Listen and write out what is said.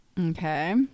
Okay